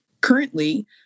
Currently